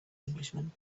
englishman